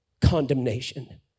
condemnation